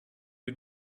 you